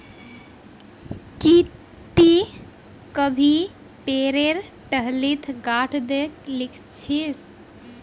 की टी कभी पेरेर ठल्लीत गांठ द खिल छि